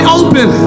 open